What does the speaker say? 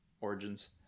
Origins